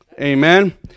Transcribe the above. Amen